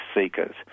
seekers